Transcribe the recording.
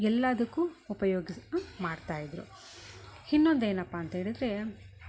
ಎಲ್ಲದಕ್ಕು ಉಪಯೋಗ ಮಾಡ್ತಾ ಇದ್ದರು ಇನ್ನೊಂದು ಏನಪ್ಪ ಅಂತೇಳಿದರೆ